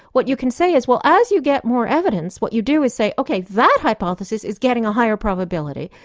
what you can say is, well as you get more evidence, what you do is say ok, that hypothesis is getting a higher probability,